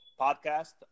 podcast